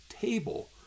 table